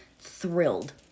thrilled